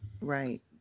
Right